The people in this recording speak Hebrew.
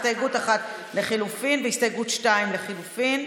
הסתייגות 1 לחלופין והסתייגות 2 לחלופין,